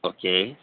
okay